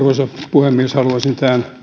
puhemies haluaisin